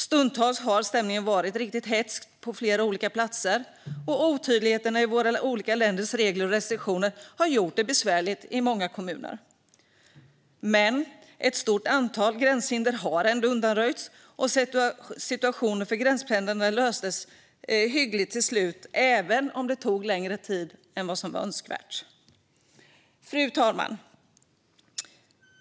Stundtals har stämningen varit riktigt hätsk på flera platser. Och otydligheten i våra olika länders regler och restriktioner har gjort det besvärligt i många kommuner. Men ett stort antal gränshinder har ändå undanröjts, och situationen för gränspendlarna löstes hyggligt till slut även om det tog längre tid än vad som var önskvärt. Fru talman!